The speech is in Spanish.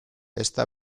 esta